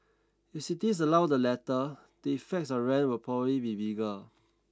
if cities allow the latter the effects on rent will probably be bigger